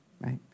right